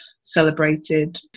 celebrated